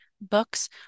books